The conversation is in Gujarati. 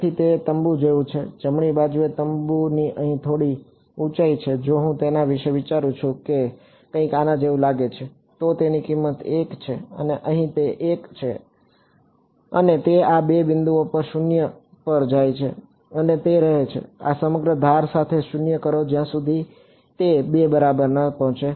તેથી તે તંબુ જેવું છે જમણી બાજુએ તંબુની અહીં થોડી ઉંચાઈ છે જો હું તેના વિશે વિચારું છું કે તે કંઈક આના જેવું લાગે છે તો તેની કિંમત 1 છે અહીં તે 1 છે અને તે આ 2 બિંદુઓ પર 0 પર જાય છે અને તે રહે છે આ સમગ્ર ધાર સાથે 0 કરો જ્યાં સુધી તે 2 બરાબર ન પહોંચે